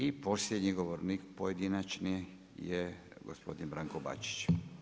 I posljednji govornik pojedinačni je gospodin Branko Bačić.